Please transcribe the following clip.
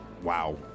Wow